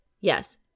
yes